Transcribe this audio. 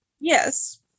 Yes